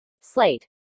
Slate